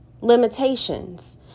limitations